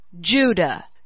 Judah